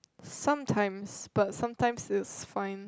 sometimes but sometimes it's fine